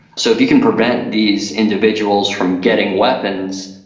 so if you can prevent these individuals from getting weapons,